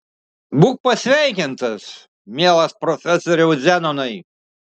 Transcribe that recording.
būk pasveikintas mielas profesoriau zenonai